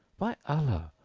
by allah,